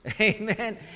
Amen